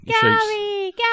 Gary